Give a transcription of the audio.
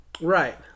right